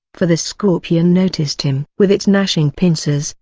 for the scorpion noticed him. with its gnashing pincers,